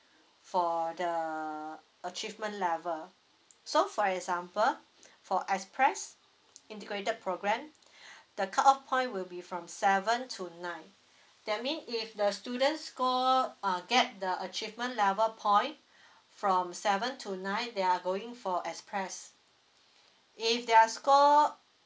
for the achievement level so for example for express integrated program the cut off point will be from seven to nine that mean if the students score uh get the achievement level point from seven to nine they are going for express if their score